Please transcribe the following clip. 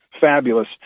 fabulous